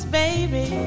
baby